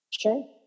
Sure